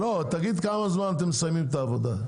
תגיד תוך כמה זמן אתם מסיימים את העבודה.